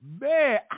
Man